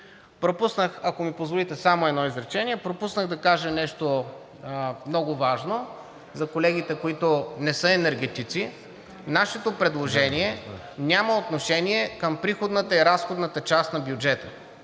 необходим. Ако ми позволите само едно изречение. Пропуснах да кажа нещо много важно за колегите, които не са енергетици. Нашето предложение няма отношение към приходната и разходната част на бюджета.